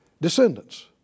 descendants